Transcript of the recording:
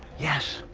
yes,